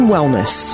Wellness